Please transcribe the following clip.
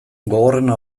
gogorrena